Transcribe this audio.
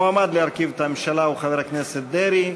המועמד להרכיב את הממשלה הוא חבר הכנסת דרעי.